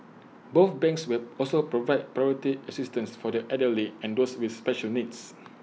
both banks will also provide priority assistance for the elderly and those with special needs